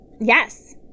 Yes